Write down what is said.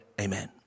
Amen